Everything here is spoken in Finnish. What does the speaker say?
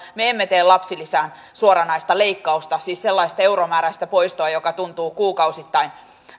me emme tee lapsilisään suoranaista leikkausta siis sellaista euromääräistä poistoa joka tuntuu kuukausittain